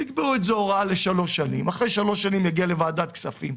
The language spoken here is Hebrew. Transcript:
תקבעו את זה כהוראה לשלוש שנים ואחרי שלוש שנים יגיעו לוועדת כספים.